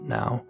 now